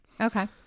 Okay